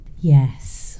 Yes